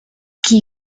qui